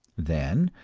then,